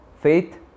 faith